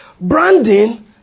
Branding